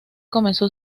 comenzó